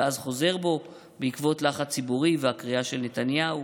ואז חוזר בו בעקבות לחץ ציבורי והקריאה של נתניהו.